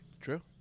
True